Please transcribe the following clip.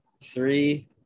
three